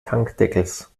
tankdeckels